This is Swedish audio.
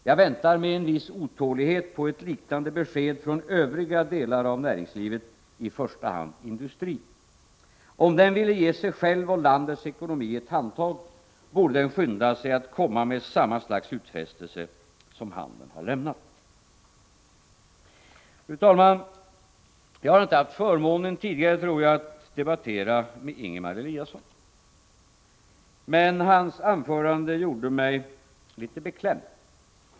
Jag väntar med en viss otålighet på ett liknande besked från övriga delar av näringslivet, i första hand industrin. Om den ville ge sig själv och landets ekonomi ett handtag, borde den skynda sig att komma med samma slags utfästelse som handeln lämnat. Fru talman! Jag har tidigare inte haft förmånen att debattera med Ingemar Eliasson, men hans anförande gjorde mig litet beklämd.